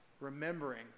remembering